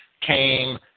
came